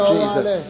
Jesus